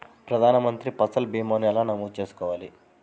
ప్రధాన మంత్రి పసల్ భీమాను ఎలా నమోదు చేసుకోవాలి?